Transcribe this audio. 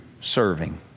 serving